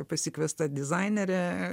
pasikviesta dizainerė